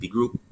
Group